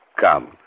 come